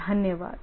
धन्यवाद